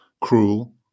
Cruel